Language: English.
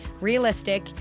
realistic